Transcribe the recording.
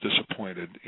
disappointed